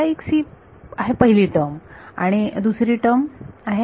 ही आहे पहिली टर्म आणि दुसरी टर्म आहे